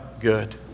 good